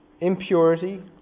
impurity